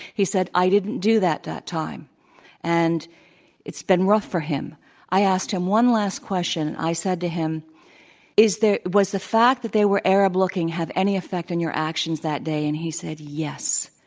he said i didn't do that that time and it's been rough for him. nine i asked him one last question. i said to him is there was the fact that they were arab looking have any effect on your actions that day and he said yes.